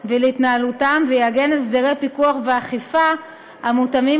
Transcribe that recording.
ולהתנהלותם ויעגן הסדרי פיקוח ואכיפה המותאמים